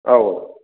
औ औ